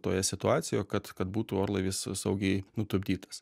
toje situacijoj kad kad būtų orlaivis saugiai nutupdytas